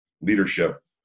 leadership